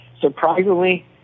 surprisingly